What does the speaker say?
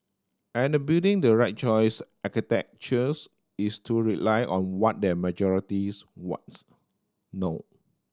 and building the right choice architectures is to rely on what the majorities wants no